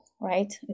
right